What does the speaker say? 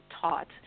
taught